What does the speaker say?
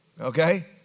Okay